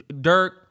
Dirk